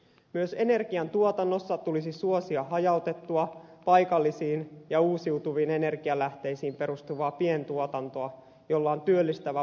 myös energian tuotannossa tulisi suosia hajautettua paikallisiin ja uusiutuviin energialähteisiin perustuvaa pientuotantoa jolla on työllistävä vaikutus maaseudulla